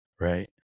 Right